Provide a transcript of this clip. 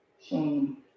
shame